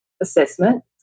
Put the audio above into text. assessment